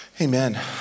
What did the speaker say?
Amen